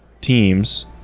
teams